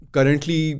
Currently